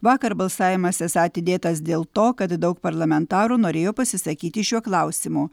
vakar balsavimas esą atidėtas dėl to kad daug parlamentarų norėjo pasisakyti šiuo klausimu